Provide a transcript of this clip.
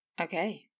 okay